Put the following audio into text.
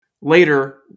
later